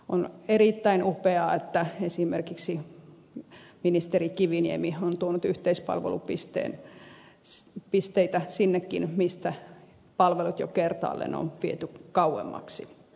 on erittäin upeaa että esimerkiksi ministeri kiviniemi on tuonut yhteispalvelupisteitä sinnekin mistä palvelut jo kertaalleen on viety kauemmaksi